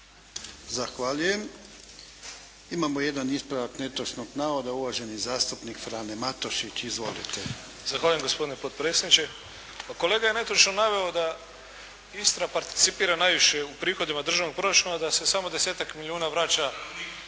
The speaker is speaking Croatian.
Zahvaljujem. Imamo jedan ispravak netočnog navoda, uvaženi zastupnik Frane Matušić. Izvolite. **Matušić, Frano (HDZ)** Zahvaljujem gospodine potpredsjedniče. Pa kolega je netočno naveo da Istra participira najviše u prihodima državnog proračuna, da se samo 10-tak milijuna vraća,